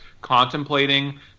Contemplating